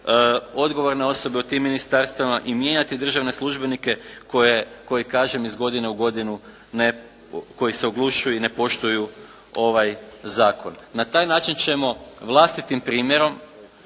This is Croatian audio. odgovorne osobe u tim ministarstvima i mijenjati državne službenike koje, koji kažem iz godine u godinu ne, koji se oglušuju i ne poštuju ovaj zakon. Na taj način ćemo vlastitim primjerom